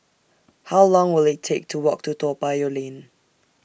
How Long Will IT Take to Walk to Toa Payoh Lane